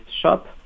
shop